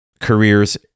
career's